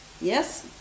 Yes